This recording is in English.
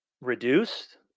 reduced